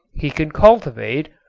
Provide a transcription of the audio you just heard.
he could cultivate,